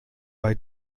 bei